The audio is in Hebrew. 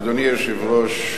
אדוני היושב-ראש,